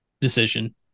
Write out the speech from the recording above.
decision